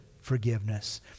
forgiveness